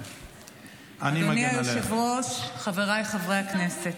אדוני היושב-ראש, חבריי חברי הכנסת,